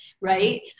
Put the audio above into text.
right